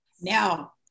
Now